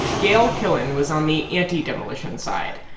gayle killen was on the anti-demolition side.